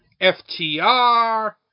FTR